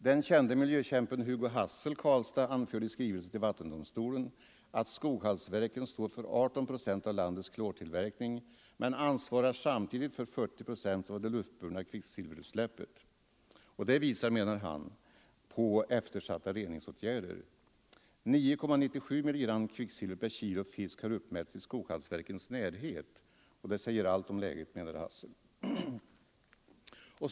Den kände miljökämpen Hugo Hassel, Karlstad, anförde i skrivelse till vattendomstolen att Skoghallsverken står för 18 procent av landets klortillverkning men samtidigt ansvarar för 40 procent av det luftburna kvicksilverutsläppet. Det visar, menade han, på eftersatta reningsåtgärder. 9,97 mg kvicksilver per kilo fisk har uppmätts i Skoghallsverkens närhet. Det säger allt om läget, menade Hassel.